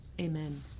Amen